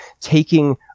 taking